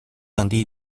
降低